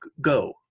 go